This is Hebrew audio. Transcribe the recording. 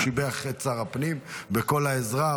הוא שיבח את שר הפנים בכל העזרה,